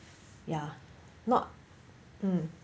ya not mm